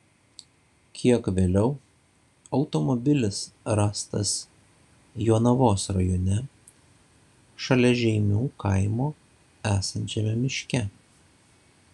kiek vėliau automobilis rastas jonavos rajone šalia žeimių kaimo esančiame miške